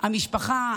משפחה,